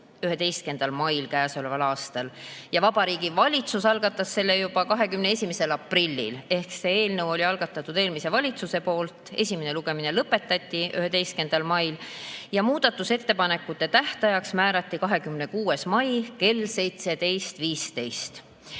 11. mail käesoleval aastal ja Vabariigi Valitsus algatas selle juba 21. aprillil ehk see eelnõu algatati eelmise valitsuse poolt. Esimene lugemine lõpetati 11. mail ja muudatusettepanekute tähtajaks määrati 26. mai kell 17.15.